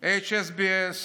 HSBC,